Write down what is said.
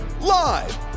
live